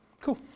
Cool